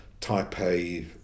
Taipei